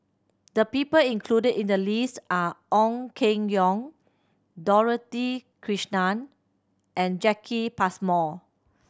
the people included in the list are Ong Keng Yong Dorothy Krishnan and Jacki Passmore